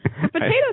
Potatoes